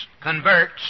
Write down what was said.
converts